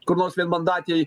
kur nors vienmandatėj